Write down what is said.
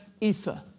ether